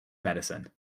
medicine